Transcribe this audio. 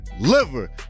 liver